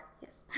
Yes